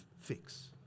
fix